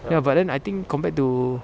ya but then I think compared to